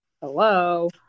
Hello